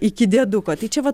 iki dėduko tai čia vat